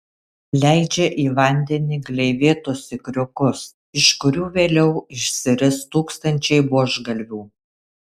leidžia į vandenį gleivėtus ikriukus iš kurių vėliau išsiris tūkstančiai buožgalvių